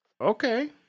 Okay